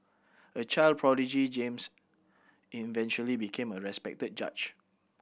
a child prodigy James eventually became a respected judge